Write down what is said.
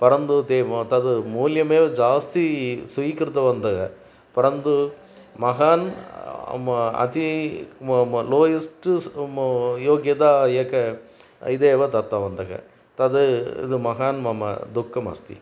परन्तु ते म तद् मूल्यमेव जास्ति स्वीकृतवन्तः परन्तु महान् म अति म म लोयस्ट् स् म योग्यता एकः इत्येव दत्तवन्तः तद् द् महान् मम दुःखमस्ति